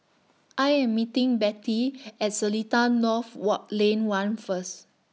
I Am meeting Bette At Seletar North Walk Lane one First